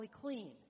clean